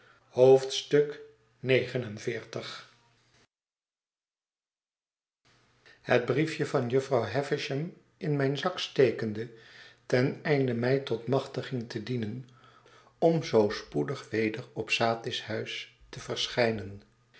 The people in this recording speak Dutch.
het briefje van jufvrouw havisham in mijn zak stekende ten einde mij tot machtiging te dienen om zoo spoedig weder op satis huis te verschijnen